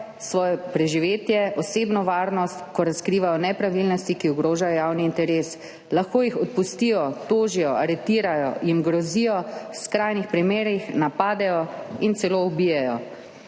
svoje preživetje, osebno varnost, ko razkrivajo nepravilnosti, ki ogrožajo javni interes. Lahko jih odpustijo, tožijo, aretirajo, jim grozijo, v skrajnih primerih napadejo in celo ubijejo.